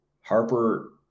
Harper